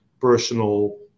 personal